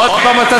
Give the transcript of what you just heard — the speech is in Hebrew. עוד פעם אתה צועק.